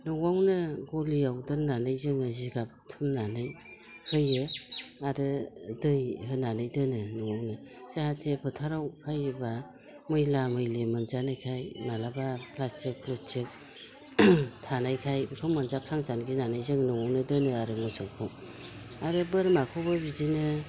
न'आवनो गलियाव दोननानै जोङो जिगाब थुमनानै होयो आरो दै होनानै दोनो न'आवनो जाहाथे फोथाराव खायोब्ला मैला मैलि मोनजानायखाय माब्लाबा प्लास्टिक प्लुस्टिक थानायखाय बेखौ मोनजाफ्लांजानो गिनानै जों न'आवनो दोनो आरो मोसौखौ आरो बोरमाखौबो बिदिनो